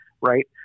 right